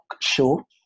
show